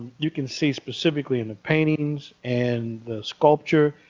you can see, specifically, in the paintings and the sculpture.